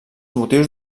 motius